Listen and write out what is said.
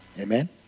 Amen